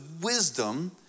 wisdom